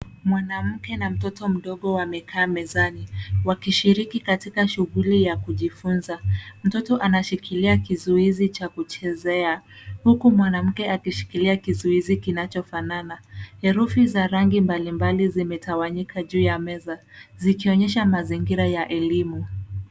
Mwanamke na mtoto mdogo wamekaa mezani wakishiriki katika shughuli ya kujifuza. Mtoto anashikilia kizuizi cha kuchezea uku mwanamke akishikilia kizuizi kinachofanana. Herufi za rangi mbalimbali zimetawanyika juu ya meza zikionyesha mazingira ya elimu.